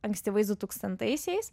ankstyvais dutūkstantaisiais